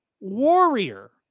Warrior